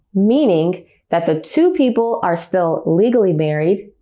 meaning that the two people are still legally married,